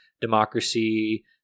democracy